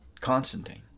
Constantine